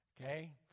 Okay